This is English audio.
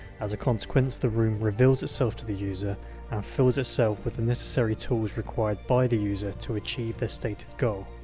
as a consequence, the room reveals itself to the user and fills itself with the necessary tools required by the user to achieve their stated goal.